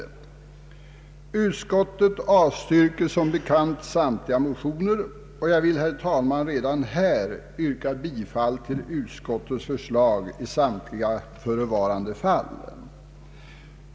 Utskottet avstyrker som bekant samtliga motioner, och jag vill, herr talman, redan nu yrka bifall till utskottets förslag i samtliga förevarande fall.